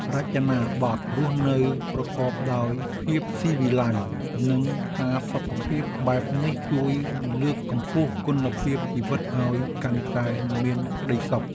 រចនាបថរស់នៅប្រកបដោយភាពស៊ីវិល័យនិងផាសុកភាពបែបនេះជួយលើកកម្ពស់គុណភាពជីវិតឱ្យកាន់តែមានក្តីសុខ។